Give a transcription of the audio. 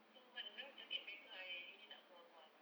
two month you know circuit breaker I really tak keluar rumah